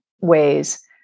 ways